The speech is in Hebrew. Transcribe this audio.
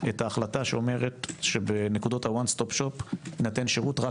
את ההחלטה שאומרת שבנקודות הוואן סטופ שופ יינתן שירות רק